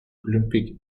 olympic